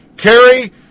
Kerry